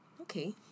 Okay